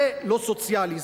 זה לא סוציאלי,